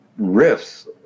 riffs